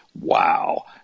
Wow